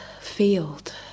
field